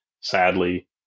sadly